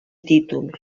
títol